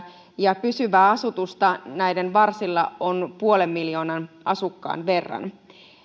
ja pysyvää asutusta näiden varsilla on puolen miljoonan asukkaan verran yksityisteitten